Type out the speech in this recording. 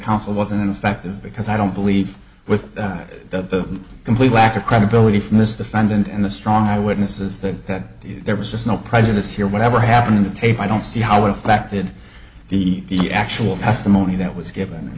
council wasn't ineffective because i don't believe with the complete lack of credibility from this the fund and the strong eyewitnesses that there was just no prejudice here whatever happened in the tape i don't see how it affected the the actual testimony that was given in